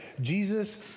Jesus